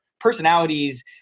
personalities